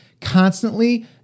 constantly